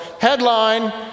Headline